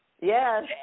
Yes